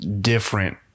different